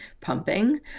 pumping